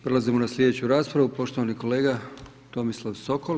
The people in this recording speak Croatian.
Prelazimo na sljedeću raspravu, poštovani kolega Tomislav Sokol.